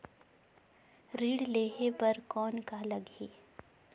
ऋण लेहे बर कौन का लगही?